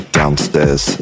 downstairs